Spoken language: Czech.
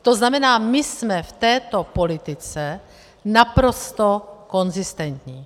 To znamená, my jsme v této politice naprosto konzistentní.